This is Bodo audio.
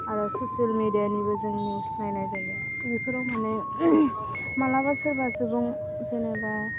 आरो ससेल मेडिया निबो जों निउस नायनाय जायो बेफोराव मानि मालाबा सोरबा सुबुं जेन'बा